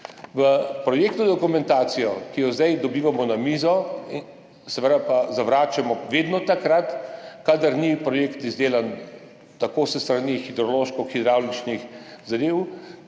Projektno dokumentacijo, ki jo zdaj dobivamo na mizo, pa seveda zavračamo vedno takrat, kadar projekt ni izdelan tako s strani hidrološko-hidravličnih zadev